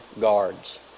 guards